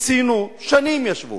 שנים ישבו.